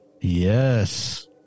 Yes